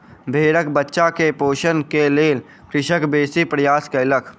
भेड़क बच्चा के पोषण के लेल कृषक बेसी प्रयास कयलक